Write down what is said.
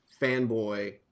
fanboy